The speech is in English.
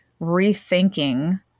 rethinking